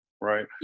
right